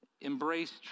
Embrace